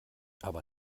aber